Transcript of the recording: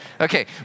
Okay